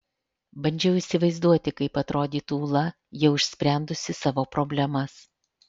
bandžiau įsivaizduoti kaip atrodytų ūla jau išsprendusi savo problemas